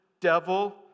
devil